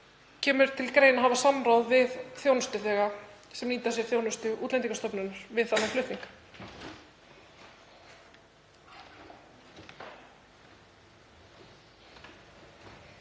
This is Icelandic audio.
Kemur til greina að hafa samráð við þjónustuþega sem nýta sér þjónustu Útlendingastofnunar við þennan flutning?